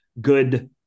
good